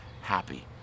happy